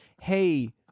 Hey